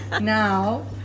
Now